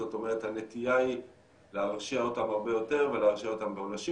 זאת אומרת הנטייה היא להרשיע אותם הרבה יותר ולהרשיע אותם בעונשים